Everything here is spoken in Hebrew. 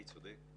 אני צודק?